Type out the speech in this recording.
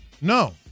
No